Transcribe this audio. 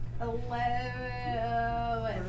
Hello